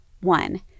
one